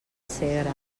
segre